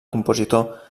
compositor